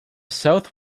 south